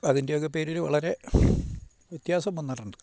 അതിൻ്റെയൊക്കെ പേരിൽ വളരെ വ്യത്യാസം വന്നിട്ടുണ്ട്